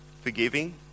forgiving